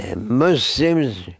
Muslims